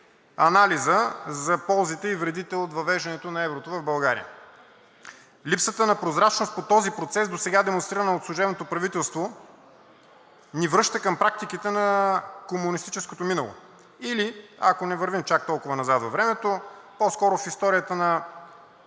за ползите и вредите от въвеждането на еврото в България. Липсата на прозрачност по този процес досега, демонстрирана от служебното правителство, ни връща към практиките на комунистическото минало или ако не вървим чак толкова назад във времето, и по-скоро в историята на